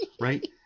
right